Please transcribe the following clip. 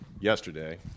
yesterday